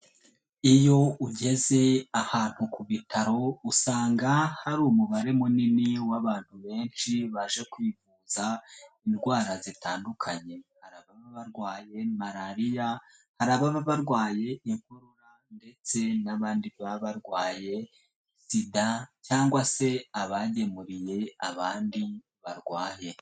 Iyo ugeze ahantu ku bitaro usanga hari umubare munini w'abantu benshi baje kwivuza indwara zitandukanye. Hari ababa barwaye malariya, hari ababa barwaye inkorora ndetse n'abandi baba barwaye SIDA cyangwa se abagemuriye abandi barwaye,